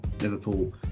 Liverpool